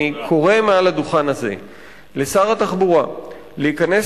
אני קורא מעל הדוכן הזה לשר התחבורה להיכנס